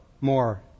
more